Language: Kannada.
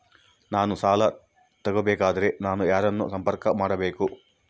ನಾನು ಸಾಲ ತಗೋಬೇಕಾದರೆ ನಾನು ಯಾರನ್ನು ಸಂಪರ್ಕ ಮಾಡಬೇಕು?